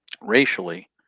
racially